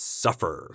suffer